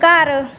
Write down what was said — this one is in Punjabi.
ਘਰ